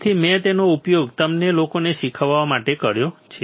તેથી મેં તેનો ઉપયોગ તમને લોકોને શીખવવા માટે કર્યો છે